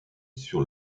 sur